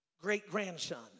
great-grandson